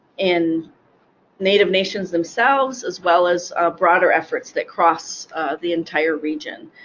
in native nations themselves, as well as broader efforts that cross the entire region.